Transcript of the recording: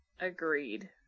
Agreed